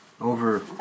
over